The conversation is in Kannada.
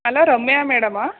ಹಲೋ ರಮ್ಯಾ ಮೇಡಮ್ಮಾ